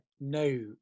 no